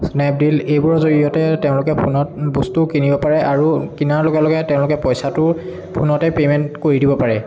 স্নেপডিল এইবোৰৰ জৰিয়তে তেওঁলোকে ফোনত বস্তু কিনিব পাৰে আৰু কিনাৰ লগে লগে তেওঁলোকে পইচাটো ফোনতে পে'মেণ্ট কৰি দিব পাৰে